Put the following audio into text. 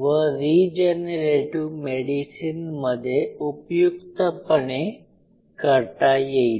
व रिजेनेरेटीव मेडिसीनमध्ये उपयुक्तपणे करता येईल